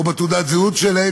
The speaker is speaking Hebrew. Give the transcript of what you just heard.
או בתעודת הזהות שלהם,